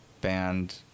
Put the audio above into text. band